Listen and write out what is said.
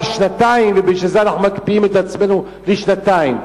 שנתיים ובגלל זה אנחנו מקפיאים את עצמנו לשנתיים.